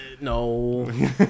No